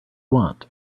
want